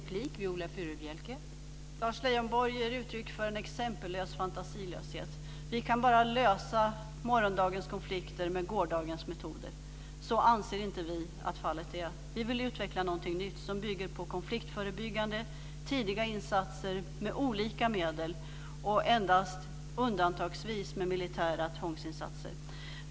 Fru talman! Lars Leijonborg ger uttryck för en exempellös fantasilöshet - vi kan bara lösa morgondagens konflikter med gårdagens metoder. Så anser inte vi att fallet är. Vi vill utveckla någonting nytt som bygger på konfliktförebyggande, tidiga insatser med olika medel och endast undantagsvis med militära tvångsinsatser.